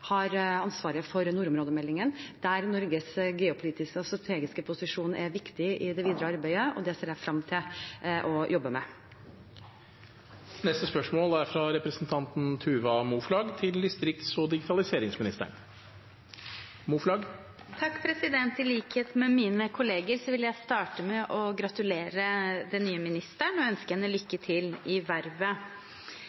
har ansvaret for nordområdemeldingen, der Norges geopolitiske og strategiske posisjon er viktig i det videre arbeidet, og det ser jeg frem til å jobbe med. I likhet med mine kolleger vil jeg starte med å gratulere den nye ministeren og ønske henne lykke til i